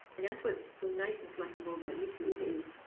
and that's what's so nice and flexible about youtube is,